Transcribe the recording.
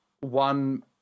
one